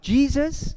Jesus